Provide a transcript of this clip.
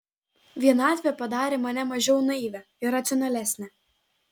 vienatvė padarė mane mažiau naivią ir racionalesnę